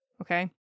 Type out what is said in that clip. Okay